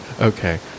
Okay